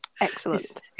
Excellent